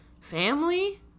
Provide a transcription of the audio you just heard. family